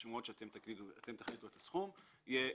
שומות שאתם תחליטו את הסכום בהן,